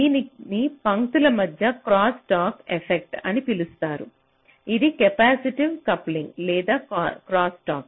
దీనిని పంక్తుల మధ్య క్రాస్ టాక్ ఎఫెక్ట్ అని పిలుస్తారు ఇది కెపాసిటివ్ కప్లింగ్ లేదా క్రాస్స్టాక్